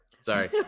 Sorry